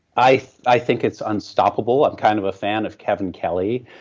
i i think it's unstoppable, i'm kind of a fan of kevin kelly,